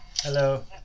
Hello